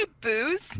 booze